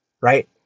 right